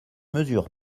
mesure